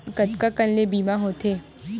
कतका कन ले बीमा होथे?